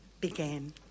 began